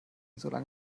solange